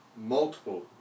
multiple